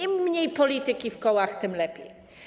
Im mniej polityki w kołach, tym lepiej.